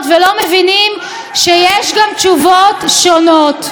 לא מבינים שיש תשובות שונות.